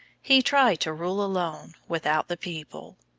he tried to rule alone, without the people.